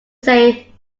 say